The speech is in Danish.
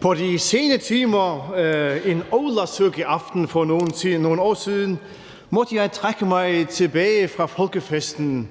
på de sene timer på en ólavsøkaaften for nogle år siden måtte jeg trække mig tilbage fra folkefesten